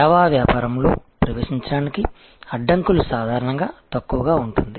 సేవ వ్యాపారంలో ప్రవేశించడానికి అడ్డంకులు సాధారణంగా తక్కువగా ఉంటుంది